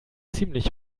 ziemlich